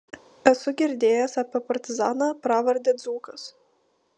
esu girdėjęs apie partizaną pravarde dzūkas